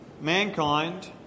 mankind